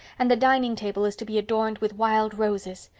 and dining table is to be adorned with wild roses.